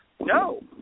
No